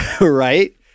right